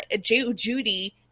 Judy